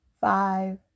five